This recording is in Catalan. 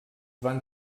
van